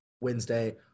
Wednesday